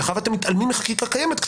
מאחר ואתם מתעלמים מחקיקה קיימת,